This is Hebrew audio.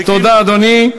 תודה, אדוני.